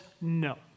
no